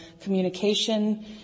communication